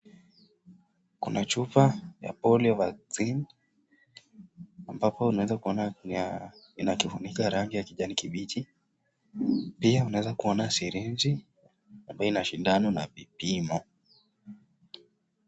Kuna chupa ya polio vaccine ambayo unaweza kuona ina kufuniko cha rangi ya kijani kimbichi. Pia unaweza kuona siriji ambayo ina sindano na vipimo.